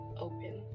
open